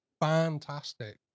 fantastic